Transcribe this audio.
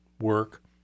work